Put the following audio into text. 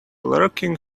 lurking